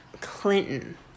Clinton